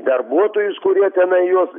darbuotojus kurie tenai juos